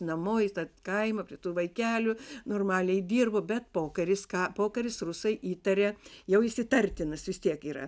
namo į tą kaimą prie tų vaikelių normaliai dirbo bet pokaris ką pokaris rusai įtarė jau jis įtartinas vis tiek yra